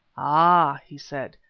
ah! he said,